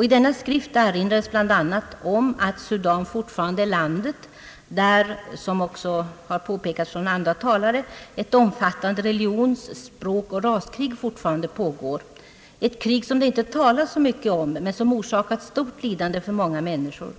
I denna skrift erinrades bl.a. om att Sudan fortfarande är landet där, som också påpekats av andra talare, ett omfattande religions-, språkoch raskrig fortfarande pågår, ett krig som det inte talas så mycket om men som orsakat stort lidande för många människor.